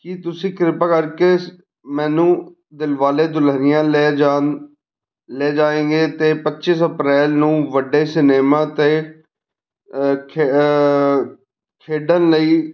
ਕੀ ਤੁਸੀਂ ਕਿਰਪਾ ਕਰਕੇ ਮੈਨੂੰ ਦਿਲਵਾਲੇ ਦੁਲਹਨੀਆ ਲੈ ਜਾਣ ਲੇ ਜਾਏਂਗੇ 'ਤੇ ਪੱਚੀਸ ਅਪਰੈਲ ਨੂੰ ਵੱਡੇ ਸਿਨੇਮਾ 'ਤੇ ਖ ਖੇਡਣ ਲਈ